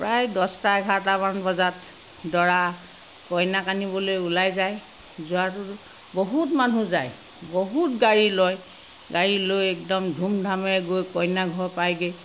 প্ৰায় দহটা এঘাৰটামান বজাত দৰা কইনাক আনিবলৈ ওলাই যায় যোৱাতো বহুত মানুহ যায় বহুত গাড়ী লয় গাড়ী লৈ একদম ধুমধামেৰে গৈ কইনাৰ ঘৰ পায়গৈ